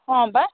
ହଁ ବା